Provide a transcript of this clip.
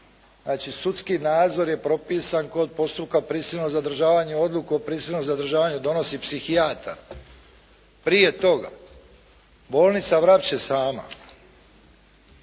sudski nadzor je propisan kod postupka prisilnog zadržavanja Odluke o prisilnom zadržavanju donosi psihijatar. Prije toga bolnica Vrapče sama.